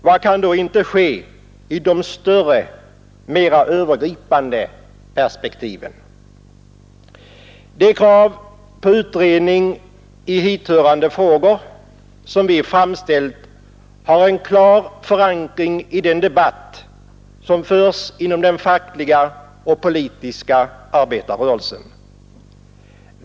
Vad kan då inte ske i de större, mera övergripande perspektiven? Det krav på utredning i hithörande frågor som vi framställt har en klar förankring i den debatt som förs inom den fackliga och politiska arbetarrörelsen.